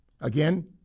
again